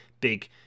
big